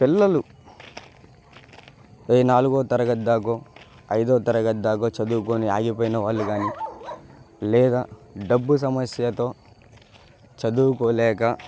పిల్లలు ఏ నాలుగవ తరగతి దాకో ఐదవ తరగతి దాకో చదువుకుని ఆగిపోయిన వాళ్ళు కానీ లేదా డబ్బు సమస్యతో చదువుకోలేక